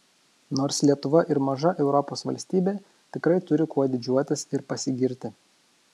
nors lietuva ir maža europos valstybė tikrai turi kuo didžiuotis ir pasigirti